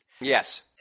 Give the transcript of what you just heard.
Yes